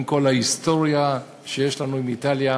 עם כל ההיסטוריה שיש לנו עם איטליה.